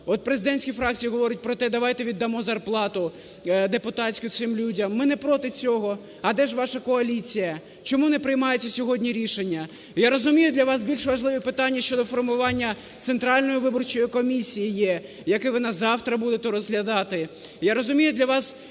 От президентські фракції говорять про те: давайте віддамо зарплату депутатську цим людям. Ми не проти цього. А де ж ваша коаліція, чому не приймаються сьогодні рішення? Я розумію, для вас більш важливе питання щодо формування Центральної виборчої комісії є, яке ви на завтра будете розглядати, я розумію, для вас